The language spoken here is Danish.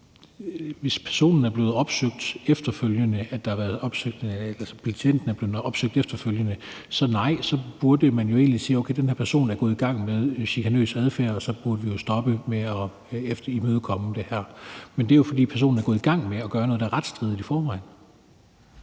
Hvis betjenten er blevet opsøgt efterfølgende, så nej – så burde man jo egentlig sige: Okay, den her person er gået i gang med at udvise chikanøs adfærd, og så burde vi jo stoppe med at imødekomme det her. Men det er jo, fordi personen er gået i gang med at gøre noget, der er retsstridigt i forvejen.